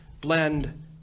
blend